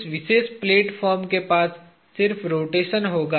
इस विशेष प्लेटफार्म के पास सिर्फ रोटेशन होगा